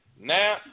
Now